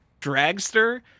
Dragster